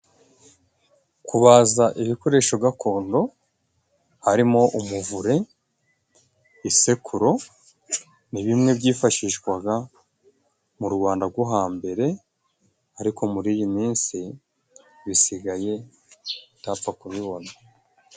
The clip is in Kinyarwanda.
Kubaza ibikoresho gakondo harimo umuvure, isekuru ni bimwe byifashishwaga mu Rwanda rwo hambere, ariko muri iyi minsi bisigaye utapfa kubibona.